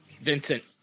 Vincent